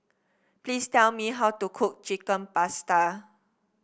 please tell me how to cook Chicken Pasta